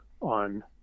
on